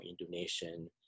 Indonesian